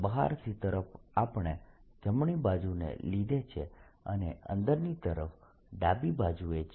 બહારની તરફ આપણે જમણી બાજુને લીધી છે અને અંદરની તરફ ડાબી બાજુએ છે